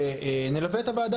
מה הפתרון?